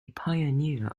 pioneer